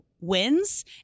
wins